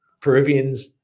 Peruvians